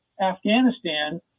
Afghanistan